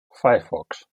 firefox